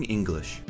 English